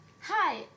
Hi